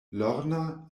lorna